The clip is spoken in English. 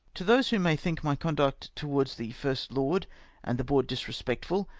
to those who may think my conduct towards the first lord and the board disrespectful,